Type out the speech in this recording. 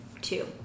two